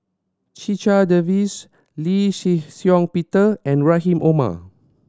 Checha Davies Lee Shih Shiong Peter and Rahim Omar